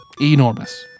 Enormous